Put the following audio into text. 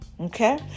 okay